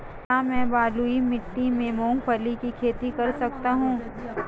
क्या मैं बलुई मिट्टी में मूंगफली की खेती कर सकता हूँ?